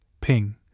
ping